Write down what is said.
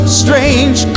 strange